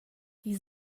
i’s